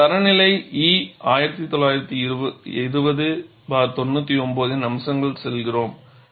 இப்போது தரநிலை E 1820 99 இன் அம்சங்களுக்கு செல்கிறோம்